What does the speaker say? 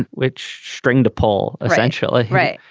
ah which string to pull essentially right.